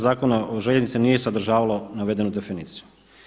Zakona o željeznicama nije sadržavalo navedenu definiciju.